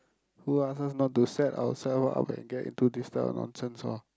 who ask us not to set ourselves up and get into this type of nonsense lor